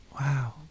Wow